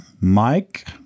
Mike